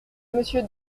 monsieur